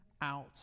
out